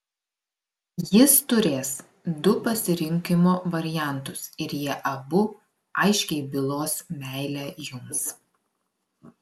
jis turės du pasirinkimo variantus ir jie abu aiškiai bylos meilę jums